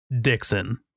Dixon